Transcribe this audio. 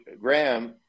Graham